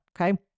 Okay